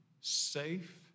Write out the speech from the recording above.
safe